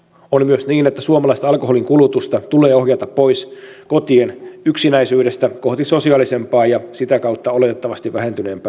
on myös niin että suomalaista alkoholinkulutusta tulee ohjata pois kotien yksinäisyydestä kohti sosiaalisempaa ja sitä kautta oletettavasti vähentyneempää alkoholinkäyttöä